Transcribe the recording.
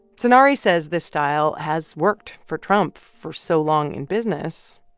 sonari says this style has worked for trump for so long in business,